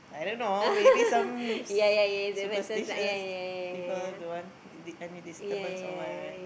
I don't know maybe some superstitious people don't want di~ any disturbance or what right